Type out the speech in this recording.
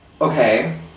Okay